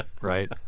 right